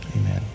amen